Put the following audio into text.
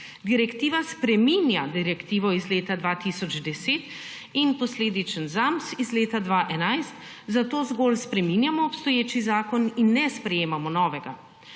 Direktiva spreminja direktivo iz leta 2010 in posledičen ZAvMS iz leta 2011, zato zgolj spreminjamo obstoječi zakon in ne sprejemamo novega.